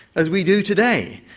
as we do today,